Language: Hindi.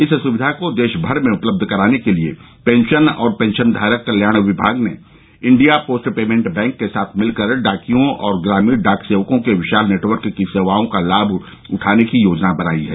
इस सुविधा को देशभर में उपलब्ध कराने के लिए पेंशन और पेंशनधारक कल्याण विभाग ने इंडिया पोस्ट पेमेंट बैंक के साथ मिलकर डाकियों और ग्रामीण डाक सेवकों के विशाल नेटवर्क की सेवाओं का लाभ उठाने की योजना बनाई है